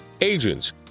agents